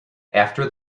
after